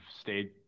stayed